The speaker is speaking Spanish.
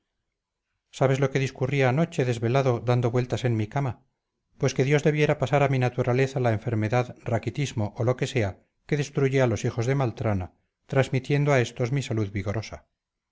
sabes lo que discurría anoche desvelado dando vueltas en mi cama pues que dios debiera pasar a mi naturaleza la enfermedad raquitismo o lo que sea que destruye a los hijos de maltrana transmitiendo a estos mi salud vigorosa